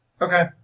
Okay